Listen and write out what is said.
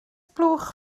blwch